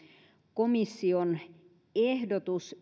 komission ehdotus